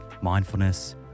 mindfulness